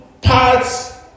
parts